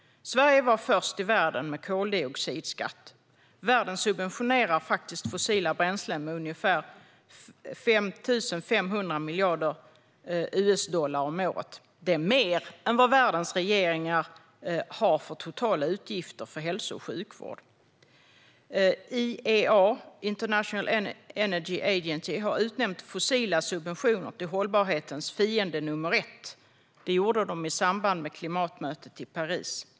Sverige var först i världen med koldioxidskatt. Världen subventionerar fossila bränslen med ungefär 5 500 miljarder US-dollar om året. Det är mer än vad världens regeringar har för totala utgifter för hälso och sjukvård. IEA, International Energy Agency, har utnämnt fossila subventioner till hållbarhetens fiende nummer ett. Det gjorde de i samband med klimatmötet i Paris.